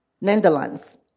Netherlands